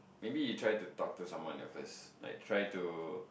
maybe you try to talk to someone at first like try to